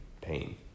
pain